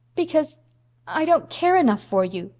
because i don't care enough for you.